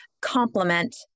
complement